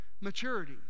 maturity